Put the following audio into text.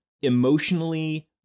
emotionally